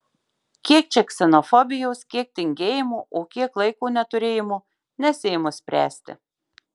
kiek čia ksenofobijos kiek tingėjimo o kiek laiko neturėjimo nesiimu spręsti